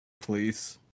Please